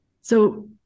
So-